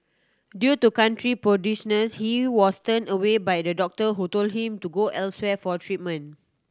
due to country prudishness he was turned away by a doctor who told him to go elsewhere for treatment